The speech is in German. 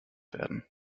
werden